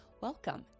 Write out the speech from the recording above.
welcome